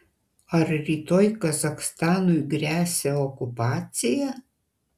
ar rytoj kazachstanui gresia okupacija